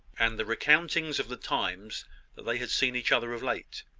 and the recountings of the times that they had seen each other of late.